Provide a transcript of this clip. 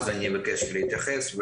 אז אני אבקש להתייחס.